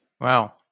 Wow